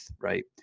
right